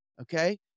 okay